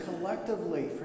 collectively